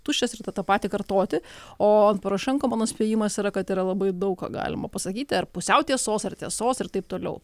tuščias ir tą tą patį kartoti o porošenko mano spėjimas yra kad yra labai daug ką galima pasakyti ar pusiau tiesos ar tiesos ir taip toliau